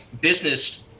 business